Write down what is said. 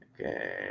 Okay